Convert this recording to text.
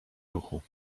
ruchu